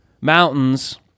mountains